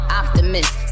optimist